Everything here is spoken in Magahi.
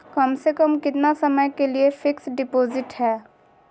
कम से कम कितना समय के लिए फिक्स डिपोजिट है?